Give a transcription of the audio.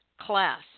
Class